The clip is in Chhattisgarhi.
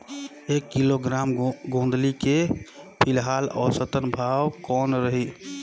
एक किलोग्राम गोंदली के फिलहाल औसतन भाव कौन रही?